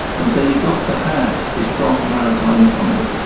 and so you've got to have a strong maritime economy.